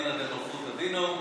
דינא דמלכותא דינא,